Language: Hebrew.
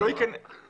אפשר בדואר.